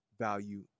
value